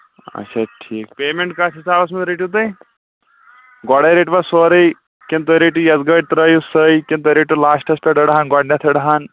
اچھا ٹھیٖک پیمٮ۪نٛٹ کَتھ حِسابَس منٛز ڑٔٹِو تُہۍ گۄڈَے رٔٹۍوا سورُے کِنہٕ تُہۍ رٔٹِو یَس گٲڑۍ ترٛٲیِو سوے کِنہٕ تُہۍ رٔٹِو لاسٹَس پٮ۪ٹھ أڑ ہن گۄڈٕنٮ۪تھ أڑ ہن